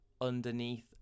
underneath